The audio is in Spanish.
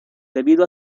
debido